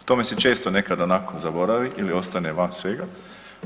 O tome se često nekad onako zaboravi ili ostane van svega,